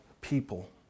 people